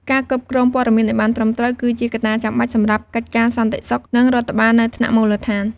ការគ្រប់គ្រងព័ត៌មានឱ្យបានត្រឹមត្រូវ គឺជាកត្តាចាំបាច់ សម្រាប់កិច្ចការសន្តិសុខ និងរដ្ឋបាលនៅថ្នាក់មូលដ្ឋាន។